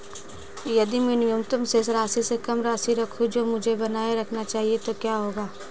यदि मैं न्यूनतम शेष राशि से कम राशि रखूं जो मुझे बनाए रखना चाहिए तो क्या होगा?